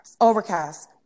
Overcast